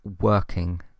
working